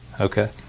okay